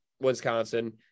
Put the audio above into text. wisconsin